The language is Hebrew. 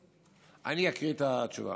יודע, אני אקריא את התשובה.